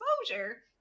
exposure